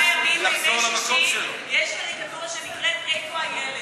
בימי שישי יש תוכנית שנקראת "איפה הילד?",